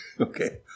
okay